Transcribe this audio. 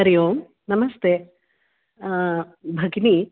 हरिः ओं नमस्ते भगिनि